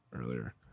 earlier